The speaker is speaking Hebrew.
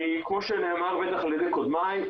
כי כמו שנאמר בטח על ידי קודמיי,